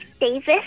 Davis